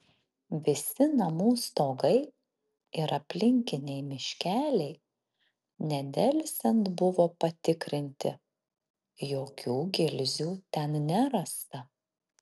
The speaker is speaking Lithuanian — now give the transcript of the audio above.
visi namų stogai ir aplinkiniai miškeliai nedelsiant buvo patikrinti jokių gilzių ten nerasta